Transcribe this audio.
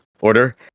order